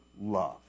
love